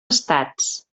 estats